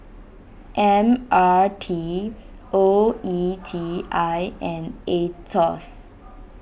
M R T O E T I and A Etos